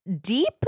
Deep